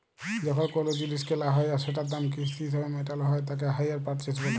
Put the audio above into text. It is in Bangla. যখন কোলো জিলিস কেলা হ্যয় আর সেটার দাম কিস্তি হিসেবে মেটালো হ্য়য় তাকে হাইয়ার পারচেস বলে